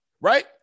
Right